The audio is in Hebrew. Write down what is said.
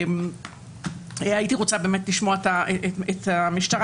הייתי רוצה לשמוע את המשטרה,